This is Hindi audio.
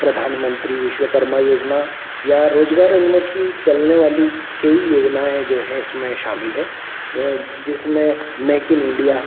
प्रधानमंत्री विश्वकर्मा योजना या रोजगार उन्मुखी चलने वाली कई योजनाएँ जो हैं इसमें शामिल हैं जिसमें मेक इन इंडिया